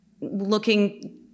looking